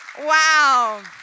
Wow